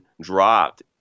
dropped